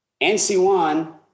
NC1